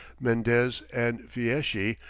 mendez and fieschi,